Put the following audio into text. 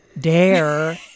dare